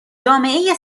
جامعه